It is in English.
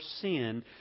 sin